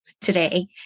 today